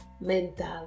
mental